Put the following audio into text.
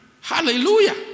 Hallelujah